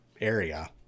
area